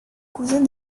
cousin